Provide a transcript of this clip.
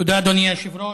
תודה, אדוני היושב-ראש.